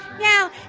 Now